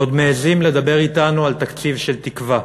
ועוד מעזים לדבר אתנו על תקציב של תקווה.